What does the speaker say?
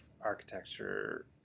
architecture